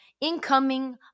Incoming